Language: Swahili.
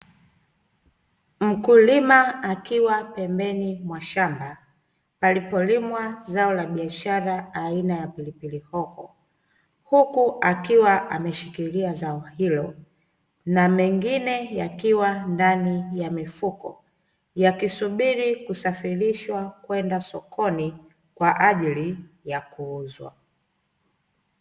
Mkulima akiwa pembeni mwa shamba, palipolimwa ya zao la biashara la aina ya pilipili hoho, huku akiwa ameshikilia zao hilo na mengine yakiwa ndani ya mifuko, yakisubiri kusafirishwa kwenda sokoni kwa ajili ya kuuzwa.